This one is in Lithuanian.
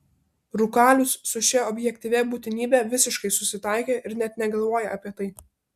rūkalius su šia objektyvia būtinybe visiškai susitaikė ir net negalvoja apie tai